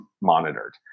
monitored